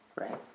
Right